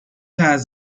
has